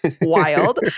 wild